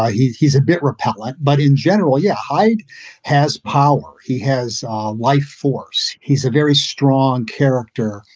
ah he's he's a bit repellent. but in general, yeah hyde has power. he has a life force. he's a very strong character,